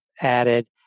added